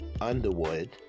Underwood